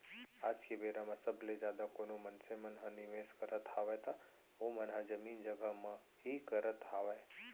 आज के बेरा म सबले जादा कोनो मनसे मन ह निवेस करत हावय त ओमन ह जमीन जघा म ही करत हावय